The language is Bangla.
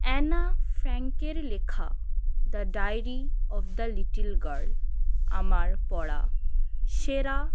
অ্যানা ফ্র্যাঙ্কের লেখা the diary of the little girl আমার পড়া সেরা